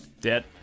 Dead